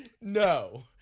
no